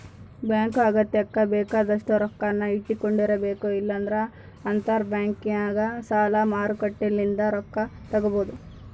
bank ಅಗತ್ಯಕ್ಕ ಬೇಕಾದಷ್ಟು ರೊಕ್ಕನ್ನ ಇಟ್ಟಕೊಂಡಿರಬೇಕು, ಇಲ್ಲಂದ್ರ ಅಂತರಬ್ಯಾಂಕ್ನಗ ಸಾಲ ಮಾರುಕಟ್ಟೆಲಿಂದ ರೊಕ್ಕ ತಗಬೊದು